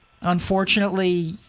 Unfortunately